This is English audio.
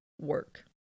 work